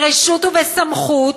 ברשות ובסמכות,